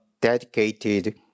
dedicated